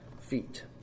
feet